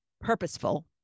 purposeful